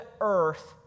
earth